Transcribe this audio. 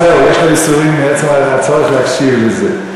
אז זהו, יש לו ייסורים מעצם הצורך להקשיב לזה.